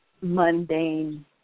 mundane